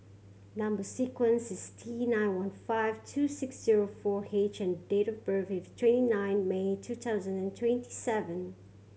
number sequence is T nine one five two six zero four H and date of birth is twenty nine May two thousand and twenty seven